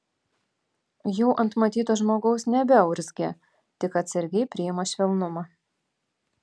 jau ant matyto žmogaus nebeurzgia tik atsargiai priima švelnumą